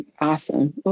Awesome